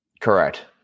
Correct